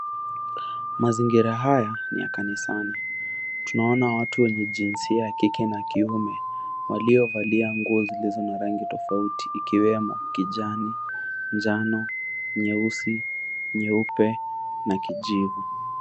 Mazingira haya ni ya kanisani. Tunaona watu wenye jinsia ya kike na kiume waliovalia nguo zilizo na rangi tofauti ikiwemo kijani, njano, nyeusi, nyeupe na kijivu.